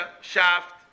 shaft